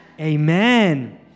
Amen